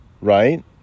right